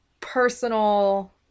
personal